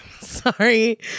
sorry